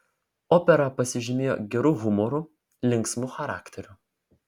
opera pasižymėjo geru humoru linksmu charakteriu